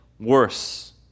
worse